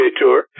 Tour